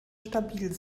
stabil